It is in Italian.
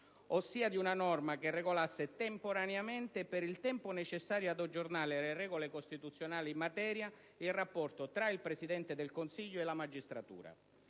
ossia di una norma che regolasse temporaneamente, per il tempo necessario ad aggiornare le regole costituzionali in materia, il rapporto tra il Presidente del Consiglio e la magistratura.